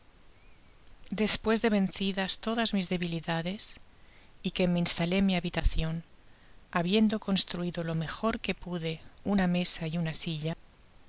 despues de vencidas todas mis debilidades y que me instalé en mi habitacion habiendo construido lo mejor que pude una mesa y una silla